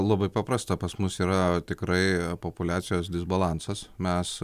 labai paprasta pas mus yra tikrai populiacijos disbalansas mes